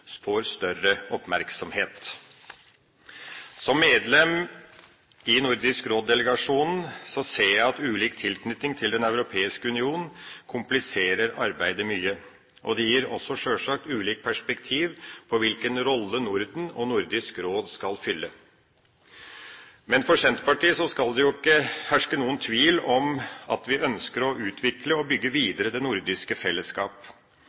får større oppmerksomhet. Som medlem i Nordisk Råd-delegasjonen ser jeg at ulik tilknytning til Den europeiske union kompliserer arbeidet mye. Det gir også sjølsagt ulikt perspektiv på hvilken rolle Norden og Nordisk Råd skal fylle. Men for Senterpartiet skal det ikke herske noen tvil om at vi ønsker å utvikle og bygge videre det nordiske fellesskap.